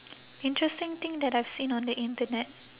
interesting thing that I've seen on the internet